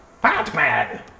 Batman